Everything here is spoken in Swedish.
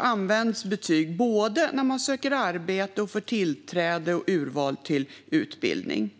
används betyg både när man söker arbete och för tillträde och urval till utbildning.